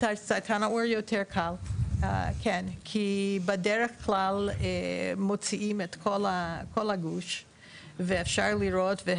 סרטן העור יותר קל כי בדרך כלל מוציאים את כל הגוש ואפשר לראות,